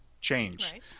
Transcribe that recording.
change